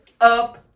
up